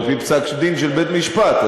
על-פי פסק-דין של בית-משפט,